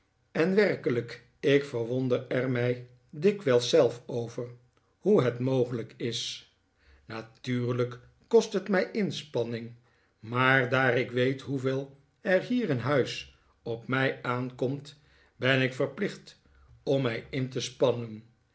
en werkelijk ik verwonder er mij dikwijls zelf over hoe het mogelijk is natuurlijk kost het mij inspanning maar daar ik weet hoeveel er hier in huis op mij aankomt ben ik verplicht om mij in te spannen